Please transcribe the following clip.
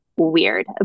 Weird